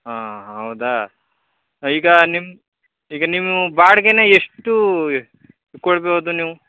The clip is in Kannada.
ಹಾಂ ಹಾಂ ಹೌದಾ ಈಗ ನಿಮ್ಮ ಈಗ ನೀವು ಬಾಡಿಗೆನ ಎಷ್ಟು ಕೊಡ್ಬೋದು ನೀವು